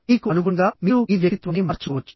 మీకు అనుగుణంగా మీరు మీ వ్యక్తిత్వాన్ని మార్చుకోవచ్చు